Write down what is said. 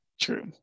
true